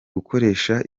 gukoresha